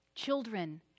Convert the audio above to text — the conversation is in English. Children